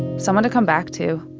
someone to come back to.